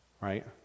Right